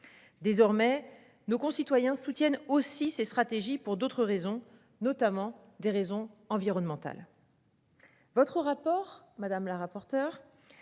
Désormais nos concitoyens soutiennent aussi c'est stratégique pour d'autres raisons notamment des raisons environnementales.